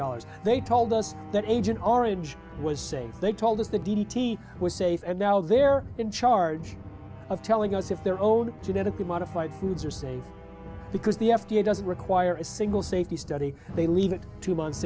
dollars they told us that agent orange was safe they told us the was safe and now they're in charge of telling us if their own genetically modified foods are safe because the f d a doesn't require a single safety study they leave in two months